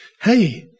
hey